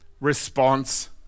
response